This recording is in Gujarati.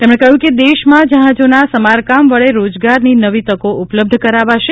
તેમણે કહ્યું કે દેશમાં જહાજોના સમારકામ વડે રોજગારની નવી તકો ઉપલબ્ધ કરાવાશે